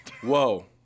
Whoa